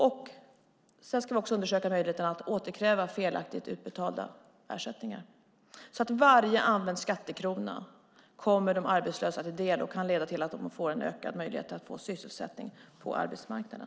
Vi ska också undersöka möjligheten att återkräva felaktigt utbetalda ersättningar så att varje använd skattekrona kommer de arbetslösa till del och kan leda till att de får ökade möjligheter till sysselsättning på arbetsmarknaden.